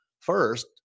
First